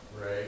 Right